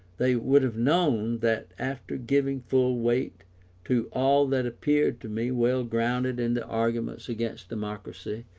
they would have known that after giving full weight to all that appeared to me well grounded in the arguments against democracy,